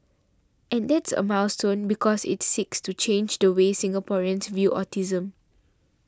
and that's a milestone because it seeks to change the way Singaporeans view autism